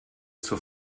zur